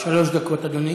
שלוש דקות, אדוני.